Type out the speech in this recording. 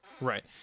right